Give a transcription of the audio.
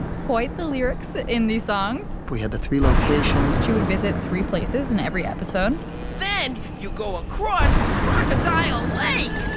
quite the lyrics in these songs we had the three locations she would visit three places in every episode then you go across crocodile lake